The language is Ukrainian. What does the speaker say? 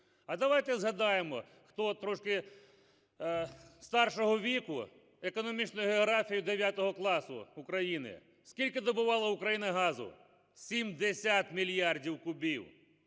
А давайте згадаємо, хто трошки старшого віку, економічну географію 9-го класу України. Скільки добувала Україна газу? 70 мільярдів кубів,